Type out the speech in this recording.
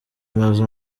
mazu